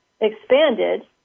expanded